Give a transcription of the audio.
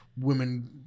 women